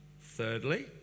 Thirdly